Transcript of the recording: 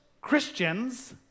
Christians